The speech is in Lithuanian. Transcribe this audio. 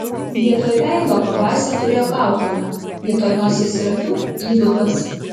vietoj veido pabaisa turėjo kaukolę vietoj nosies ir akių įdubas